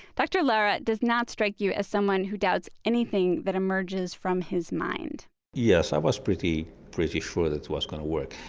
dr. lara does not strike you as someone who doubts anything that emerges from his mind yes, i was pretty, pretty sure it was going to work.